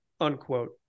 unquote